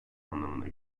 anlamına